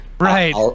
Right